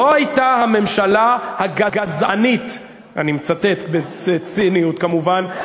לא הייתה הממשלה "הגזענית" אני מצטט בציניות כמובן,